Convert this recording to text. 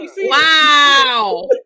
Wow